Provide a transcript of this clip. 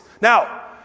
Now